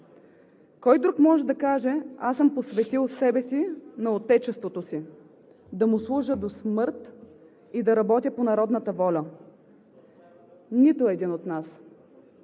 Кой друг може да каже: „Аз съм посветил себе си на отечеството си – да му служа до смърт и да работя по народната воля!“ Нито един от нас!